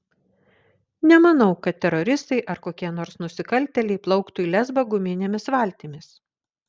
nemanau kad teroristai ar kokie nors nusikaltėliai plauktų į lesbą guminėmis valtimis